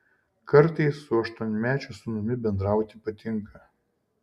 kartais su aštuonmečiu sūnumi bendrauti patinka